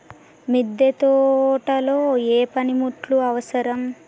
మిద్దె తోటలో ఏ పనిముట్లు అవసరం?